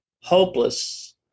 hopeless